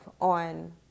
on